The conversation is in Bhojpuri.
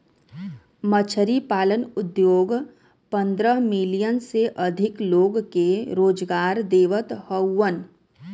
मछरी पालन उद्योग पंद्रह मिलियन से अधिक लोग के रोजगार देवत हउवन